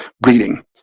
breeding